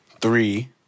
Three